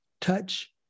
touch